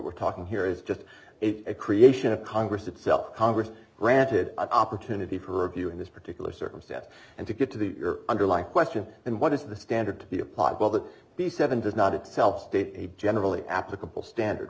we're talking here is just a creation of congress itself congress granted opportunity for review in this particular circumstance and to get to the underlying question and what is the standard to be applied will that be seven does not itself state a generally applicable standard